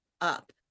up